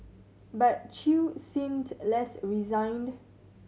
but Chew seemed less resigned